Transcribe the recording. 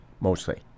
mostly